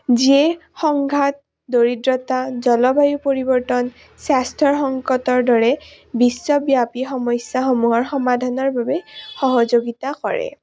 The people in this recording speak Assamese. যিয়ে সংঘাত দৰিদ্ৰতা জলবায়ু পৰিৱৰ্তন স্বাস্থ্যৰ সংকটৰ দৰে বিশ্বব্যাপী সমস্যাসমূহৰ সমাধানৰ বাবে সহযোগিতা কৰে